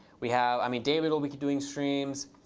we have i mean, david will be doing streams.